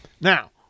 Now